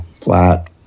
flat